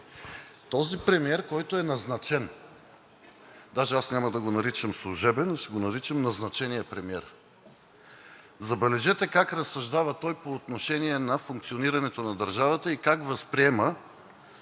Този премиер, който е назначен, даже аз няма да го наричам служебен, а ще го наричам назначения премиер, забележете, как разсъждава той по отношение на функционирането на държавата и как възприема